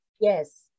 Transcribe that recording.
Yes